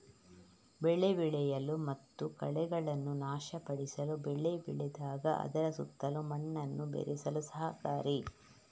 ಬೆಳೆ ಬೆಳೆಯಲು ಮತ್ತು ಕಳೆಗಳನ್ನು ನಾಶಪಡಿಸಲು ಬೆಳೆ ಬೆಳೆದಾಗ ಅದರ ಸುತ್ತಲೂ ಮಣ್ಣನ್ನು ಬೆರೆಸಲು ಸಹಕಾರಿ